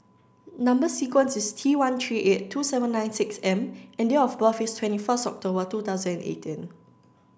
number sequence is T one three eight two seven nine six M and date of birth is twenty first October two thousand and eighteen